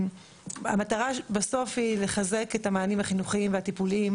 המטרה בסוף היא לחזק את המענים החינוכיים והטיפוליים